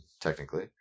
technically